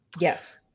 Yes